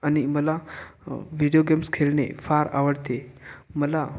आणि मला video games खेळणे फार आवडते मला